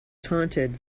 taunted